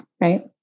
Right